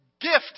gift